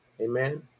amen